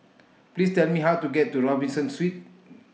Please Tell Me How to get to Robinson Suites